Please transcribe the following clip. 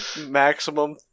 Maximum